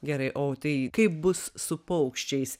gerai o tai kaip bus su paukščiais